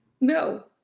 No